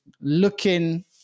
looking